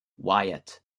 wyatt